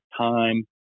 time